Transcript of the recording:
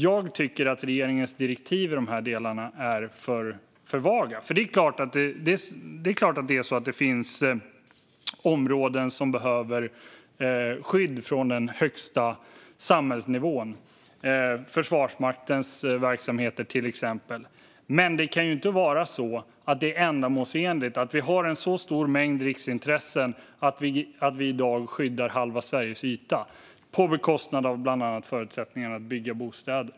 Jag tycker att regeringens direktiv i dessa delar är för vaga. Det är klart att det finns områden som behöver skydd från den högsta samhällsnivån, till exempel Försvarsmaktens verksamheter. Men det kan inte vara ändamålsenligt att vi har en så stor mängd riksintressen att vi i dag skyddar halva Sveriges yta på bekostnad av bland annat förutsättningarna att bygga bostäder.